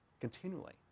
continually